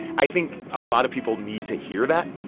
i think a lot of people need to hear that.